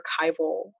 archival